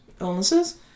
illnesses